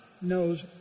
knows